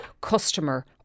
Customer